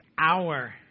hour